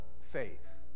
faith